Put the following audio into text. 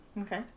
Okay